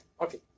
okay